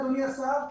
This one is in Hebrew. אדוני השר,